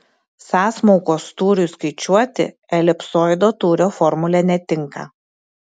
sąsmaukos tūriui skaičiuoti elipsoido tūrio formulė netinka